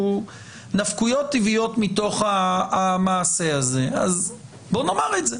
נפקויות טבעיות מתוך המעשה הזה אז בוא נאמר את זה.